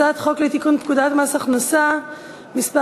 הצעת חוק לתיקון פקודת מס הכנסה (מס'